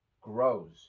grows